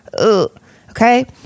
okay